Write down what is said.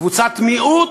קבוצת מיעוט,